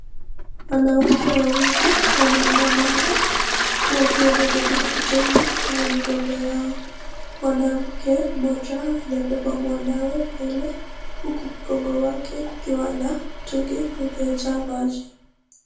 Wanawake wawili wanaandamana huku wakiwa wamebeba mitungi kwenye migongo yao. Mwanamke mmoja amebeba mwanawe mbele huku mgongo wake kukiwa na mtungi uliojaa maji.